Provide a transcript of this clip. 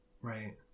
Right